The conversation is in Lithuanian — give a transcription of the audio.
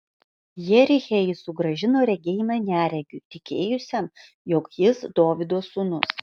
jeriche jis sugrąžino regėjimą neregiui tikėjusiam jog jis dovydo sūnus